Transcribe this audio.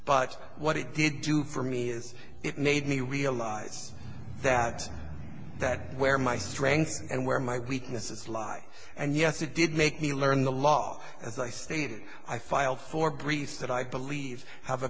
but what it did do for me is it made me realize that that where my strengths and where my weaknesses lie and yes it did make me learn the law as i stated i filed for briefs that i believe have a